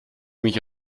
mich